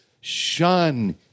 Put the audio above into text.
Shun